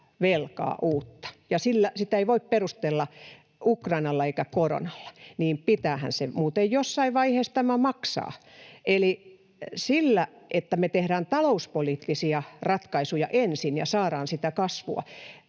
velkaa — ja sitä ei voi perustella Ukrainalla eikä koronalla — niin pitäähän se muuten jossain vaiheessa maksaa. Eli me tehdään talouspoliittisia ratkaisuja ensin ja saadaan sitä kasvua